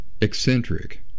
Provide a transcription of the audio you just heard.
eccentric